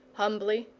humbly,